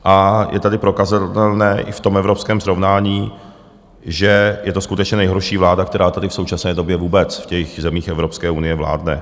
A je tady prokazatelné i v tom evropském srovnání, že je to skutečně nejhorší vláda, která tady v současné době vůbec v těch zemích Evropské unie vládne.